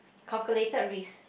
calculated risk